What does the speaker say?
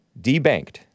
Debanked